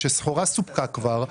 שכשסחורה סופקה כבר,